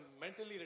mentally